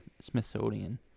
Smithsonian